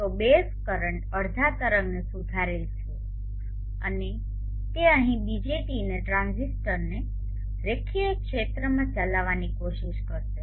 તો base current અડધા તરંગને સુધારેલ છે અને તે અહીં BJTને ટ્રાંઝિસ્ટરને રેખીય ક્ષેત્રમાં ચલાવવાની કોશિશ કરશે